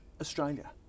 Australia